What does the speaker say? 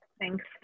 Thanks